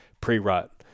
pre-rut